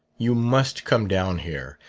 you must come down here,